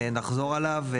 נחזור עליו.